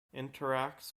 interacts